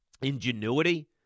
ingenuity